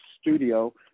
studio